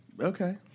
Okay